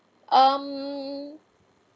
um